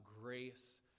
grace